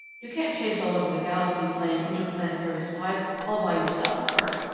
you can't chase all over the galaxy playing interplanetary spy all by yourself, bart!